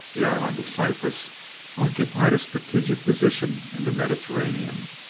the island of cyprus occupied a strategic position in the mediterranean,